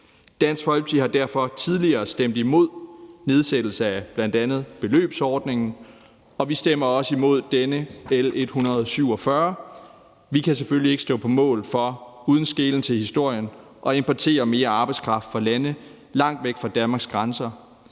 Dansk Folkeparti har derfor tidligere stemt imod en nedsættelse af bl.a. beløbsordningen, og vi stemmer også imod dette lovforslag, L 147. For vi kan selvfølgelig ikke stå på mål for uden skelen til historien at importere mere arbejdskraft fra lande, som er langt væk fra Danmarks grænser,